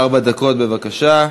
ארבע דקות, בבקשה.